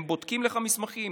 הם בודקים לך מסמכים.